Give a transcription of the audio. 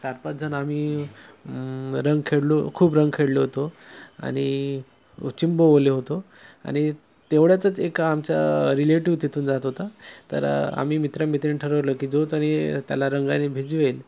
चारपाच जण आम्ही रंग खेळलो खूप रंग खेळलो होतो आणि चिंब ओले होतो आणि तेवढ्यातच एक आमच्या रिलेटिव तिथून जात होता तर आम्ही मित्र मित्रानी ठरवलं की जो त्यांनी त्याला रंगाने भिजवेल